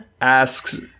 asks